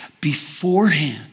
beforehand